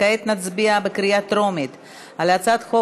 כעת נצביע בקריאה טרומית על הצעת חוק